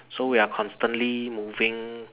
so we are constantly moving